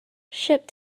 ship